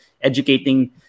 educating